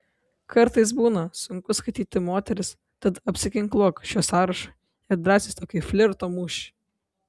kartais būna sunku skaityti moteris tad apsiginkluok šiuo sąrašu ir drąsiai stok į flirto mūšį